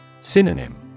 Synonym